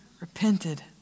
repented